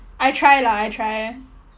I try lah I try